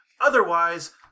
Otherwise